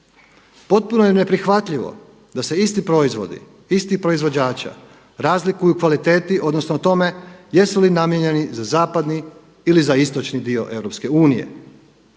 Potpuno je neprihvatljivo da se isti proizvodi, istih proizvođača razlikuju u kvaliteti odnosno u tome jesu li namijenjeni za zapadni ili za istočni dio EU.